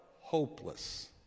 hopeless